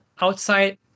outside